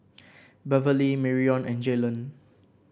Beverley Marion and Jalon